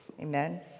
Amen